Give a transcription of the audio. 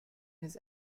his